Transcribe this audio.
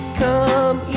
come